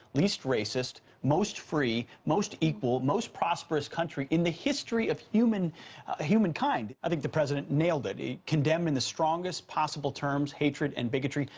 least racist, most free, most equal, most prosperous country in the history of human human kind. i think the president nailed it, condemn in the strongest possible terms hatred and bigotry,